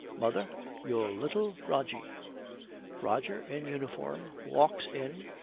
mother your little rogie roger, in uniform, walks in,